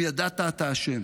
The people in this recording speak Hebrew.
אם ידעת, אתה אשם,